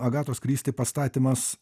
agatos kristi pastatymas